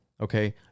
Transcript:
Okay